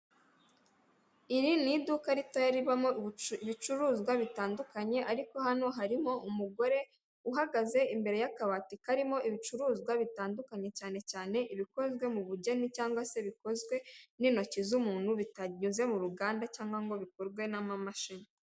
Iri ni iduka ritoya ribamo ibicuruzwa bitandukanye ariko hano harimo umugore uhagaze imbere y'akabati karimo ibicuruzwa bitandukanye, cyane cyane ibikozwe mu bugeni cyangwa se bikozwe n'intoki z'umuntu bitanyuze mu ruganda cyangwa ngo bikorwe n'amamashini.